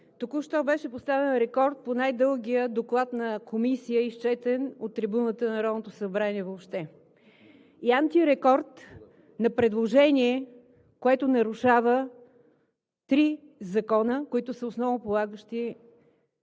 Току-що беше поставен рекорд по най-дългия доклад на комисия, изчетен от трибуната на Народното събрание въобще, и антирекорд на предложение, което нарушава три закона, които са основополагащи